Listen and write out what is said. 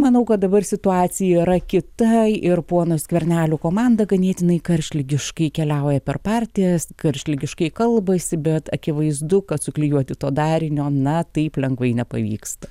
manau kad dabar situacija yra kita ir pono skvernelio komanda ganėtinai karštligiškai keliauja per partijas karštligiškai kalbasi bet akivaizdu kad suklijuoti to darinio na taip lengvai nepavyksta